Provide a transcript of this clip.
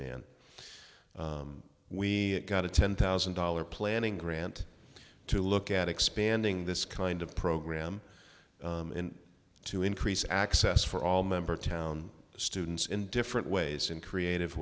man we got a ten thousand dollars planning grant to look at expanding this kind of program to increase access for all member town students in different ways in creative